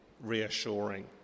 Reassuring